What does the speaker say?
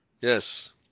Yes